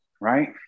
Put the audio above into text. right